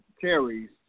carries